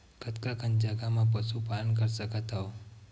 कतका कन जगह म पशु पालन कर सकत हव?